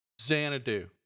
Xanadu